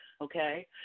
Okay